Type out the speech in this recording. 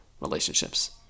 relationships